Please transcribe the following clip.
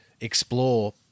explore